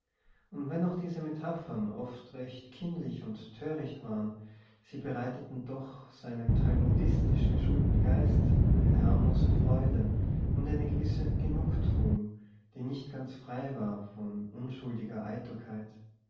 und wenn auch diese metaphern oft recht kindlich und töricht waren sie bereiteten doch seinem talmudistisch geschulten geist eine harmlose freude und eine gewisse genugtuung die nicht ganz frei war von unschuldiger eitelkeit